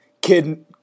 kid